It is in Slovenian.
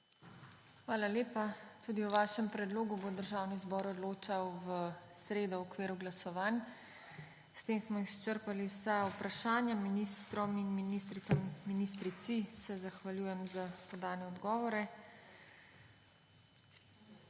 Hvala lepa. Tudi o vašem predlogu bo Državni zbor odločal v sredo v okviru glasovanj. S tem smo izčrpali vsa vprašanja. Ministrom in ministrici se zahvaljujem za podane odgovore.